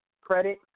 credit